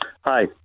Hi